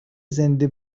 زنده